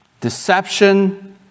Deception